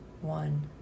one